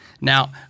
Now